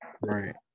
Right